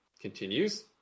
continues